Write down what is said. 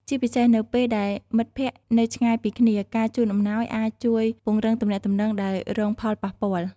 ជាពិសេស នៅពេលដែលមិត្តភក្តិនៅឆ្ងាយពីគ្នា ការជូនអំណោយអាចជួយពង្រឹងទំនាក់ទំនងដែលរងផលប៉ះពាល់។